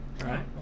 right